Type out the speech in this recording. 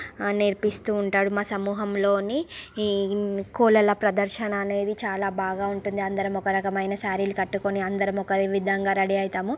నేర్పిస్తూ ఉంటాడు మా సమూహంలోని ఈ కోలళ్ళ ప్రదర్శన అనేది చాలా బాగా ఉంటుంది అందరము ఒక రకమైన శారీలు కట్టుకుని అందరము ఒకే విధముగా రెడీ అయితాము